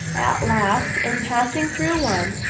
at last, in passing through one,